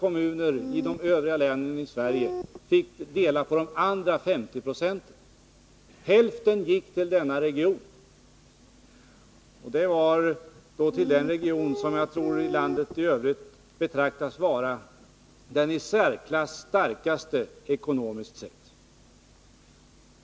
Kommunerna i alla de övriga länen i Sverige fick dela på återstående 50 26. Hälften gick alltså till denna region. Och det är den region som i landet i övrigt anses vara den i särklass starkaste, ekonomiskt sett.